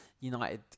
united